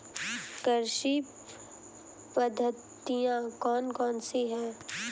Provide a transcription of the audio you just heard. कृषि पद्धतियाँ कौन कौन सी हैं?